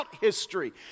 history